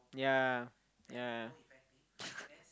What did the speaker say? yeah yeah